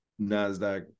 Nasdaq